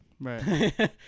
Right